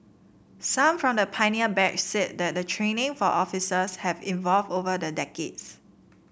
some from the pioneer batch said the training for officers has evolved over the decades